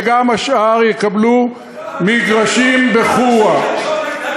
וגם השאר יקבלו מגרשים בחורה.